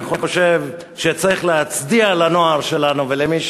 אני חושב שצריך להצדיע לנוער שלנו ולמי